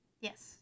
Yes